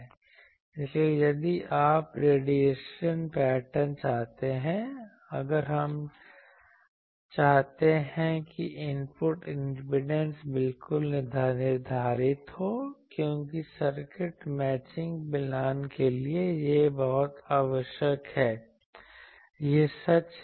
इसलिए यदि आप रेडिएशन पैटर्न चाहते हैं अगर हम चाहते हैं कि इनपुट इम्पीडेंस बिल्कुल निर्धारित हो क्योंकि सर्किट मैचिंग मिलान के लिए यह बहुत आवश्यक है यह सच है